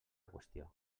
qüestió